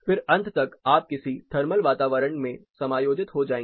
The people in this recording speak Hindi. फिर अंत तक आप किसी थर्मल वातावरण में समायोजित हो जाएंगे